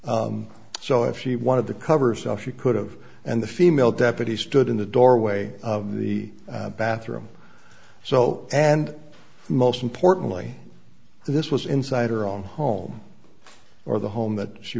so if she wanted to cover so she could have and the female deputy stood in the doorway of the bathroom so and most importantly this was inside her own home or the home that she